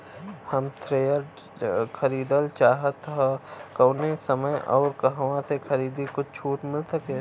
हम थ्रेसर खरीदल चाहत हइं त कवने समय अउर कहवा से खरीदी की कुछ छूट मिल सके?